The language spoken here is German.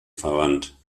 verwandt